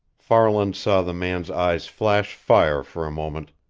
farland saw the man's eyes flash fire for a moment.